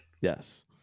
Yes